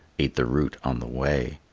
ate the root on the way.